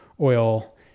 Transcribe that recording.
oil